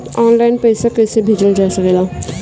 आन line पईसा कईसे भेजल जा सेकला?